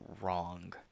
wrong